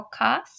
Podcast